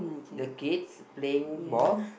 the kids playing ball